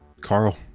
Carl